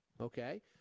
Okay